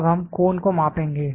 अब हम कोन को मापेंगे